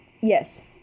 Yes